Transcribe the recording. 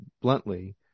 bluntly